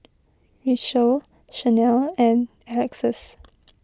Rachelle Shanell and Alexus